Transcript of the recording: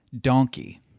donkey